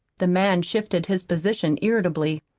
the man shifted his position irritably.